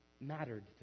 mattered